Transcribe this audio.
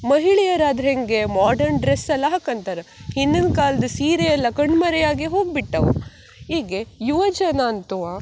ಮಹಿಳೆಯರು ಆದರೆ ಹೇಗೆ ಮಾರ್ಡನ್ ಡ್ರೆಸ್ ಎಲ್ಲ ಹಾಕೊಂತಾರ ಹಿಂದಿನ ಕಾಲದ ಸೀರೆ ಎಲ್ಲ ಕಣ್ಮರೆಯಾಗೆ ಹೋಗಿ ಬಿಟ್ಟವೆ ಹೀಗೆ ಯುವಜನ ಅಂತೂ